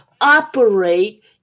operate